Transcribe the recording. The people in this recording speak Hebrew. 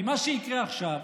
כי מה שיקרה עכשיו,